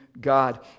God